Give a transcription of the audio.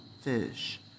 fish